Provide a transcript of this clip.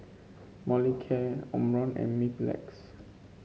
Molicare Omron and Mepilex